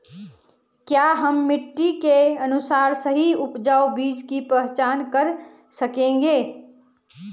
क्या हम मिट्टी के अनुसार सही उपजाऊ बीज की पहचान कर सकेंगे?